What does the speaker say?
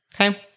Okay